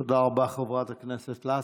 תודה רבה, חברת הכנסת לסקי.